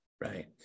right